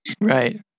Right